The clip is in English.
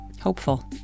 Hopeful